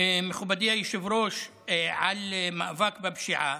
מכובדי היושב-ראש, על מאבק בפשיעה,